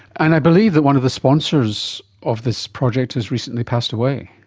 and i believe that one of the sponsors of this project has recently passed away.